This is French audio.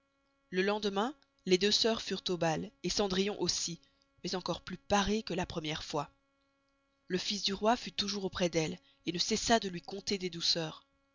le lendemain les deux sœurs furent au bal cendrillon aussi mais encore plus parée que la premiere fois le fils du roi fut toujours auprés d'elle ne cessa de lui conter des douceurs